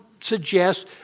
suggest